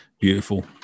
beautiful